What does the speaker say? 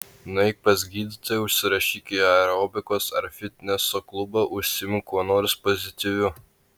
nueik pas gydytoją užsirašyk į aerobikos ar fitneso klubą užsiimk kuo nors pozityviu